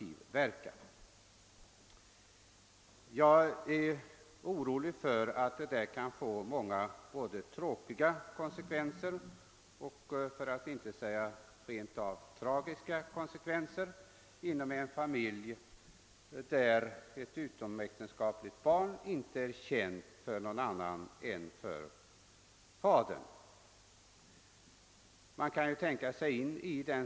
Jag är orolig för att det kan uppstå många tråkigheter, för att inte säga rent av tragiska följder inom en familj där det inte är känt för någon annan än fadern att han har ett utomäktenskapligt barn.